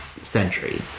century